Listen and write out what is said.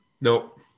Nope